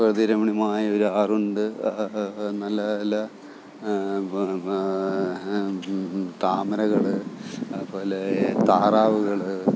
പ്രകൃതി രമണിയമായൊരു ആറുണ്ട് നല്ല നല്ല താമരകൾ അതുപോലേ താറാവുകൾ